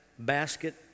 basket